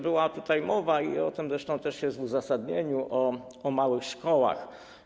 Była też mowa, i o tym zresztą również jest w uzasadnieniu, o małych szkołach.